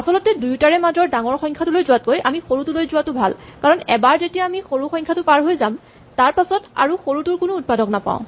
আচলতে দুয়োটাৰে মাজৰ ডাঙৰ সংখ্যাটোলৈ যোৱাতকৈ আমি সৰুটোলৈ যোৱা ভাল কাৰণ এবাৰ যেতিয়া আমি সৰু সংখ্যাটো পাৰ হৈ যাম তাৰপাছত আৰু সৰুটোৰ কোনো উৎপাদক নাপাওঁ